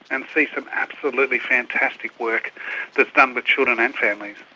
and see some absolutely fantastic work that's done with children and families.